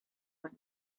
one